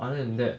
other than that